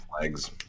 legs